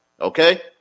okay